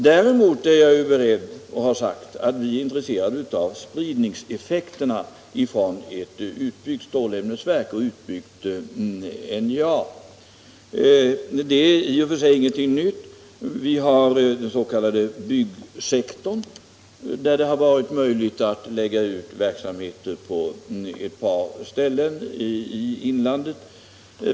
Däremot har jag sagt att vi är intresserade av spridningseffekterna från ett utbyggt stålämnesverk och ett utbyggt NJA. Detta är i och för sig ingenting nytt. Vi har den s.k. byggsektorn, där det har varit möjligt att lägga ut verksamheter på ett par ställen i inlandet.